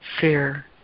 fear